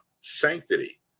sanctity